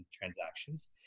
transactions